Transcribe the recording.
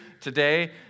today